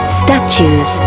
statues